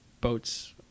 boats